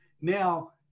Now